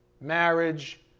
marriage